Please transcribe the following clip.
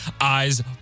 eyes